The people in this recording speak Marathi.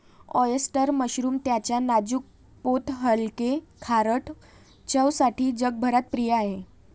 ऑयस्टर मशरूम त्याच्या नाजूक पोत हलके, खारट चवसाठी जगभरात प्रिय आहे